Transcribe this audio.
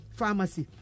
pharmacy